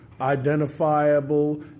identifiable